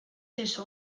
eso